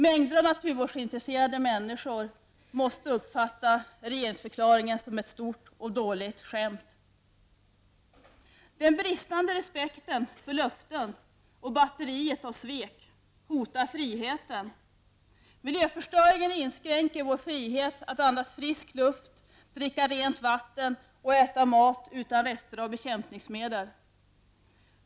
Mängder av naturvårdsintresserade människor måste uppfatta regeringsförklaringen som ett stort och dåligt skämt. Den bristande respekten för löften och batteriet av svek hotar friheten. Miljöförstöringen inskränker vår frihet att andas frisk luft, dricka rent vatten och äta mat utan rester av bekämpningsmedel.